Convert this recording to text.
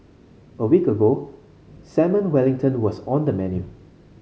a week ago salmon wellington was on the menu